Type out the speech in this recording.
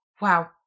wow